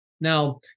Now